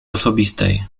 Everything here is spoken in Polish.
osobistej